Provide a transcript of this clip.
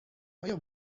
آیا